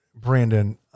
Brandon